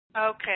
Okay